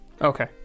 Okay